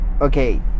okay